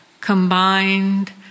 combined